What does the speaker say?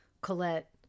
Colette